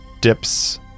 dips